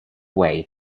way